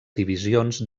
divisions